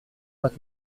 vingt